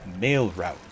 MailRoute